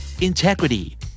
Integrity